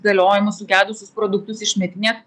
galiojimo sugedusius produktus išmetinėti